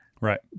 Right